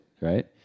right